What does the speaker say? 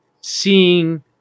seeing